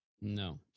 No